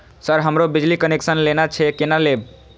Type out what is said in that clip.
Sir हमरो बिजली connection लेना छे केना लेबे?